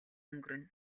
өнгөрнө